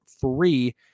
free